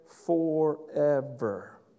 forever